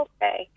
Okay